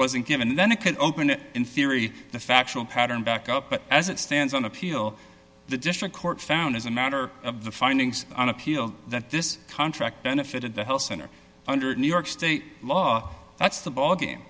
wasn't given then it could open in theory the factual pattern back up but as it stands on appeal the district court found as a matter of the findings on appeal that this contract benefited the health center under new york state law that's the ballgame